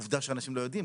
עובדה שאנשים לא יודעים.